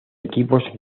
equipos